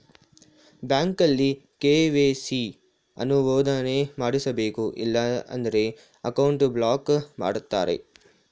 ಬ್ಯಾಂಕಲ್ಲಿ ಕೆ.ವೈ.ಸಿ ಅನುಮೋದನೆ ಮಾಡಿಸಬೇಕು ಇಲ್ಲ ಅಂದ್ರೆ ಅಕೌಂಟ್ ಬ್ಲಾಕ್ ಮಾಡ್ತಾರೆ